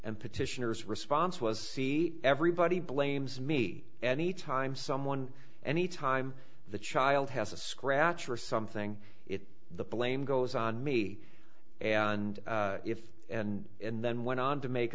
and petitioner's response was see everybody blames me any time someone any time the child has a scratch or something it the blame goes on me and if and then went on to make